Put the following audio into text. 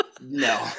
no